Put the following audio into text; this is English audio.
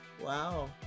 wow